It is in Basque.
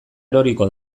eroriko